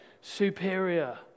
superior